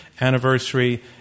anniversary